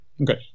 Okay